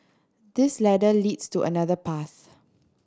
this ladder leads to another path